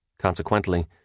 Consequently